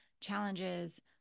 challenges